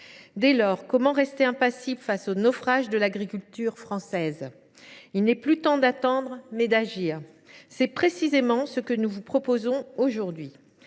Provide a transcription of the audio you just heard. agricoles. Comment rester impassibles face au naufrage de l’agriculture française ? Il n’est plus temps d’attendre : il faut agir ! C’est précisément ce que nous vous proposons aujourd’hui.